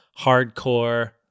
hardcore